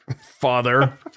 father